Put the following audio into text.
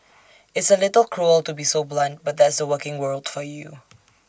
it's A little cruel to be so blunt but that's the working world for you